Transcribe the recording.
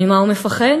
ממה הוא מפחד?